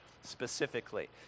specifically